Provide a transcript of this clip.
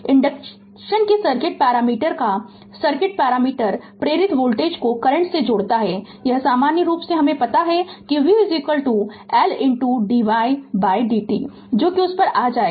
induction के circuit parameter का circuit parameter प्रेरित वोल्टेज को करंट से जोड़ता है यह सामान्य रूप से हमे पता है कि v L dy by dt जो कि उस पर आ जाएगा